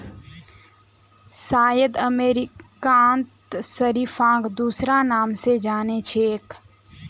शायद अमेरिकात शरीफाक दूसरा नाम स जान छेक